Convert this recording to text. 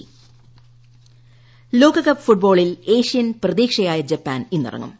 ട്ട ഫുട്ബോൾ ലോകകപ്പ് ഫുട്ബോളിൽ ഏഷ്യൻ പ്രതീക്ഷയായ ജപ്പാൻ ഇന്നിറങ്ങും